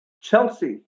Chelsea